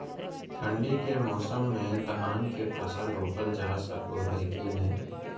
ठंडी के मौसम में धान के फसल रोपल जा सको है कि नय?